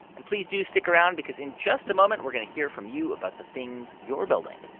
and please do stick around because in just a moment, we're going to hear from you about the things you're building.